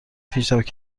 پیشرفت